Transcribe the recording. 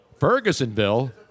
Fergusonville